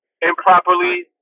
improperly